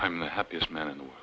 i'm the happiest man and